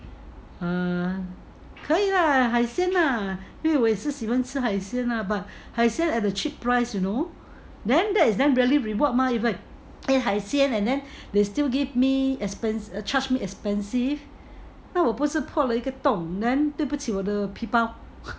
err 可以 lah 海鲜 lah 因为我也是喜欢吃海鲜 ah but 海鲜 at a cheap price you know then that is then really reward mah eh 海鲜 eh and then they still give me charge me expensive 那我不是破了一个洞 then 对不起我的皮包